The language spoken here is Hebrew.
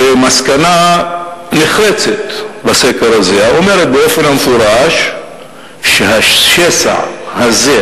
ומסקנה נחרצת בסקר הזה אומרת במפורש שהשסע הזה,